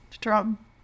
drum